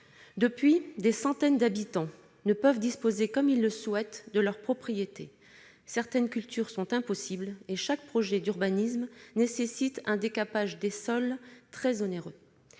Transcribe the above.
Depuis lors, des centaines d'habitants ne peuvent plus disposer comme ils le souhaitent de leur propriété, certaines cultures sont impossibles et chaque projet d'urbanisme nécessite un décapage des sols très onéreux.